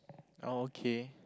okay